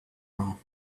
now